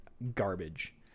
garbage